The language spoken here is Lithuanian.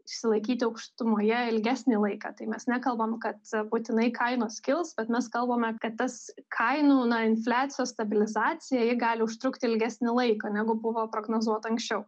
išsilaikyti aukštumoje ilgesnį laiką tai mes nekalbam kad būtinai kainos kils bet mes kalbame kad tas kainų infliacijos stabilizacijai gali užtrukti ilgesnį laiką negu buvo prognozuota anksčiau